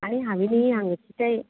आनी हांवें न्ही हांगा तें